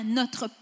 notre